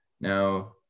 Now